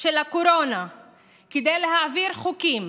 של הקורונה כדי להעביר חוקים